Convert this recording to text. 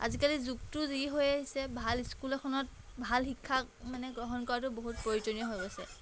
আজিকালিৰ যুগটো যি হৈ আহিছে ভাল স্কুল এখনত ভাল শিক্ষা মানে গ্ৰহণ কৰাতো বহুত প্ৰয়োজনীয় হৈ গৈছে